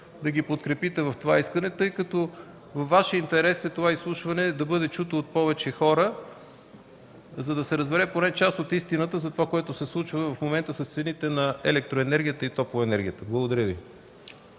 да ги подкрепите в това искане, тъй като във Ваш интерес е изслушването да бъде чуто от повече хора, за да се разбере поне част от истината за това, което се случва в момента с цените на електроенергията и топлоенергията. Благодаря Ви.